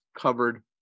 covered